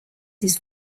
his